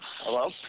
Hello